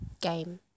Game